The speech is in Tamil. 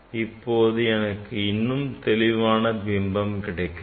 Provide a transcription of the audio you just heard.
இப்போது எனக்கு இன்னும் தெளிவான பிம்பம் கிடைக்கிறது